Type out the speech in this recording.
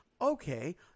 okay